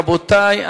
רבותי,